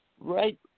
right